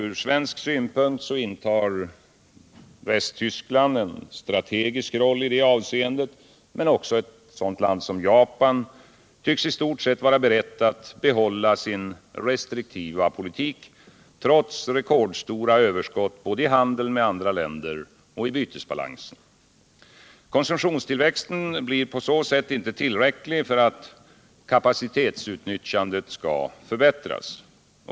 Ur svensk synpunkt intar 7 december 1977 därvid Västtyskland en strategisk roll, men också ett land som Japan = tycks i stort sett vara berett att behålla sin restriktiva politik, trots re — Den ekonomiska kordstora överskott både i handeln med andra länder och i bytesbalansen. = politiken m.m. Konsumtionstillväxten blir därigenom inte tillräcklig för att kapacitetsutnyttjandet skall förbättras.